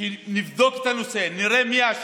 שנבדוק את הנושא ונראה מי האשם.